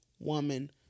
woman